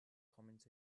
comments